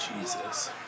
Jesus